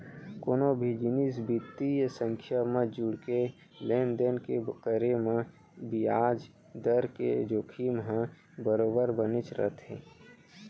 कोनो भी निजी बित्तीय संस्था म जुड़के लेन देन के करे म बियाज दर के जोखिम ह बरोबर बनेच रथे